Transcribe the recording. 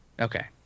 Okay